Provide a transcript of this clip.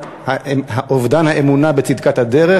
אובדן האמונה בצדקת הדרך.